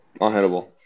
Unhittable